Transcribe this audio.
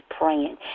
praying